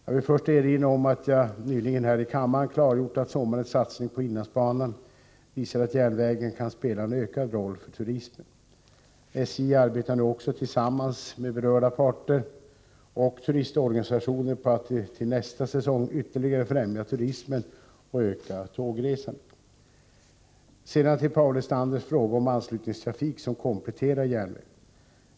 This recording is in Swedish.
Jag vill först erinra om att jag nyligen här i kammaren klargjort att sommarens satsning på inlandsbanan visar att järnvägen kan spela en ökad roll för turismen. SJ arbetar nu också tillsammans med berörda parter och turistorganisationer på att till nästa säsong ytterligare främja turismen och öka tågresandet. Sedan till Paul Lestanders fråga om anslutningstrafik som kompletterar järnvägen.